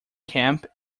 camp